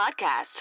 podcast